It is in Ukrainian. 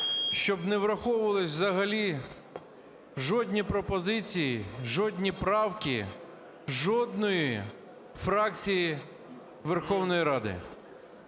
щоб не враховувались взагалі жодні пропозиції, жодні правки жодної фракції Верховної Ради.